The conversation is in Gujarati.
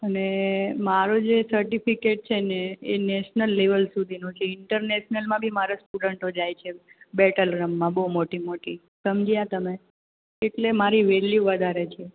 અને મારો જે સર્ટીફીકેટ છે ને એ નેશનલ લેવલ સુધીનો છે ઇન્ટનેસનલમા બી મારા સ્ટુડન્ટો જાએ છે બે ટરલમમા બઉ મોટી મોટી સમજ્યા તમે એટલે મારી વેલ્યૂ વધારે છે